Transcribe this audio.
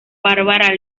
bárbara